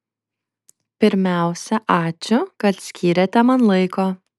pirmiausia ačiū kad skyrėte man laiko